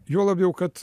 juo labiau kad